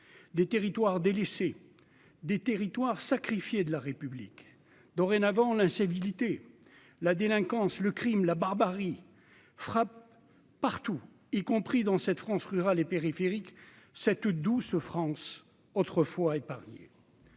des territoires délaissés des territoires sacrifiés de la République dorénavant l'incivilité, la délinquance, le crime, la barbarie frappe partout, y compris dans cette France rurale et périphériques cette ou Douce France, autrefois épargnées.